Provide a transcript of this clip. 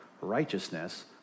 righteousness